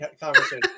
conversation